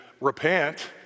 repent